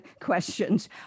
questions